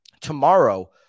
Tomorrow